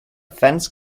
fence